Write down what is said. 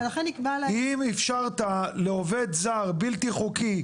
אם אפשרת לעובד זר בלתי חוקי,